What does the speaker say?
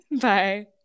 Bye